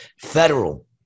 federal